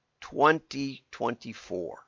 2024